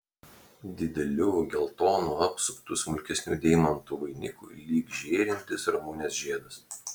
dideliu geltonu apsuptu smulkesnių deimantų vainiku lyg žėrintis ramunės žiedas